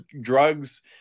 drugs